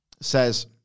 says